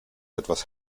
etwas